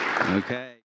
Okay